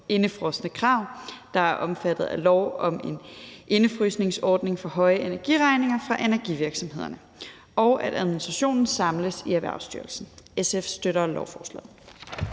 indefrosne krav, der er omfattet af lov om en indefrysningsordning for høje energiregninger for energivirksomhederne, og at administrationen samles i Erhvervsstyrelsen. SF støtter lovforslaget.